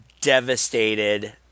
devastated